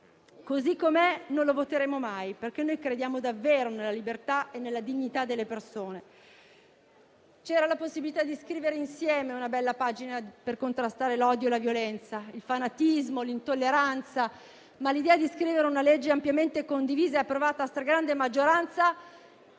Così com'è, non lo voteremo mai, perché crediamo davvero nella libertà e nella dignità delle persone. C'era la possibilità di scrivere insieme una bella pagina per contrastare l'odio, la violenza, il fanatismo e l'intolleranza, ma l'idea di scrivere una legge ampiamente condivisa e approvata a stragrande maggioranza